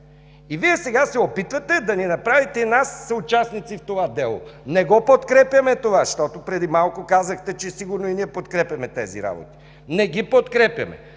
Вие се опитвате да ни направите и нас съучастници в това дело. Не го подкрепяме това, защото преди малко казахте, че сигурно и ние подкрепяме тези работи. Не ги подкрепяме!